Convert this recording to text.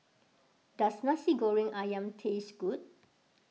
does Nasi Goreng Ayam taste good